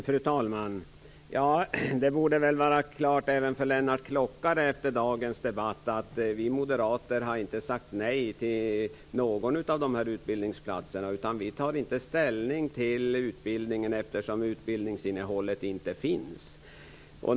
Fru talman! Efter dagens debatt borde det stå klart även för Lennart Klockare att vi moderater inte har sagt nej till någon av de här utbildningsplatserna. Vi tar inte ställning till utbildningen eftersom det inte finns något innehåll i den.